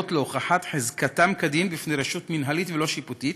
להוכחת חזקתם כדין בפני רשות מינהלית ולא שיפוטית,